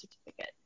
certificate